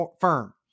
firm